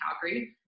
Calgary